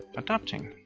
adopting.